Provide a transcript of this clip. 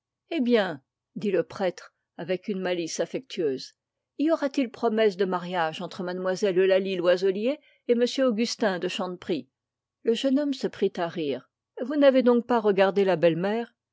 eh bien dit le prêtre avec une malice affectueuse y aura-t-il promesse de mariage entre mlle eulalie loiselier et m augustin de chanteprie le jeune homme se prit à rire vous n'avez donc pas regardé la belle-mère